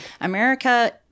America